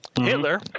Hitler